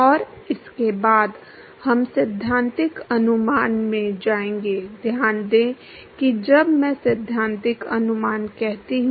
और उसके बाद हम सैद्धांतिक अनुमान में जाएंगे ध्यान दें कि जब मैं सैद्धांतिक अनुमान कहता हूं